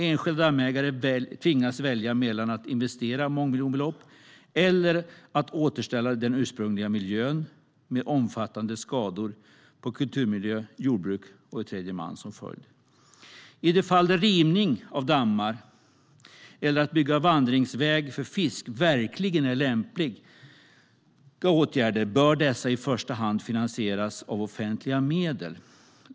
Enskilda dammägare tvingas välja mellan att investera mångmiljonbelopp eller att återställa den ursprungliga miljön, med omfattande skador på kulturmiljö, jordbruk och tredje man som följd. I de fall där rivning av dammar eller att bygga vandringsväg för fisk verkligen är lämpliga åtgärder bör dessa i första hand finansieras av offentliga medel.